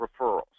referrals